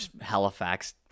Halifax